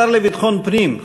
השר לביטחון פנים,